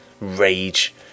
rage